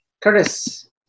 Curtis